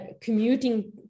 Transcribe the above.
commuting